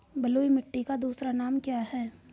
बलुई मिट्टी का दूसरा नाम क्या है?